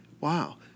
Wow